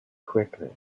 quickly